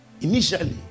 initially